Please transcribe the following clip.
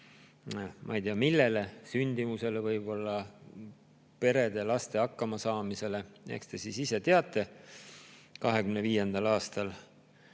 ma ei tea, sündimusele võib-olla, perede, laste hakkama saamisele, eks te ise teate, 2025. aastal.